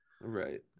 right